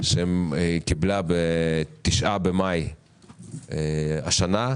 שהיא קיבלה ב-9 במאי השנה.